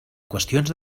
qüestions